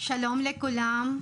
שלום לכולם,